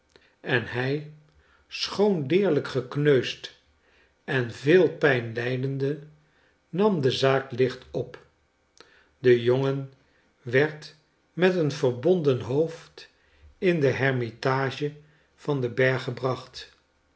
en hij schoon deerlijk gekneusd en veel pijn lijdende nam de zaak licht op de jongen werd met een verbonden hoofd in de hermitage van den berg gebracht